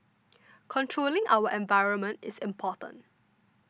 controlling our environment is important